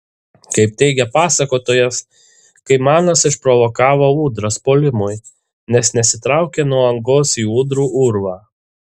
kaip teigia pasakotojas kaimanas išprovokavo ūdras puolimui nes nesitraukė nuo angos į ūdrų urvą